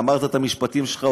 אמרת את המשפטים שלך,